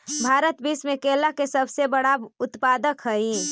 भारत विश्व में केला के दूसरा सबसे बड़ा उत्पादक हई